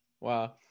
Wow